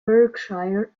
berkshire